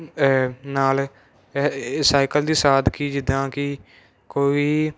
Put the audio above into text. ਨਾਲ ਸਾਇਕਲ ਦੀ ਸਾਦਗੀ ਜਿੱਦਾਂ ਕਿ ਕੋਈ